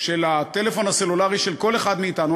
של הטלפון הסלולרי של כל אחד מאתנו,